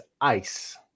ice